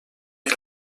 per